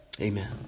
Amen